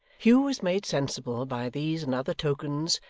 hugh was made sensible by these and other tokens,